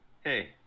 Hey